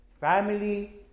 family